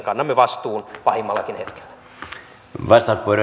kannamme vastuun pahimmallakin hetkellä